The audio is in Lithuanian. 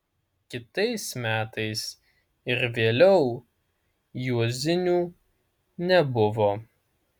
kitais metais ir vėliau juozinių nebuvo